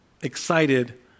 excited